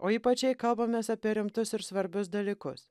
o ypač jei kalbamės apie rimtus ir svarbius dalykus